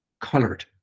colored